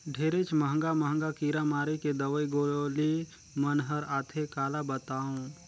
ढेरेच महंगा महंगा कीरा मारे के दवई गोली मन हर आथे काला बतावों